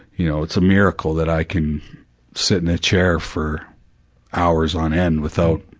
you know, it's a miracle that i can sit in a chair for hours on end without,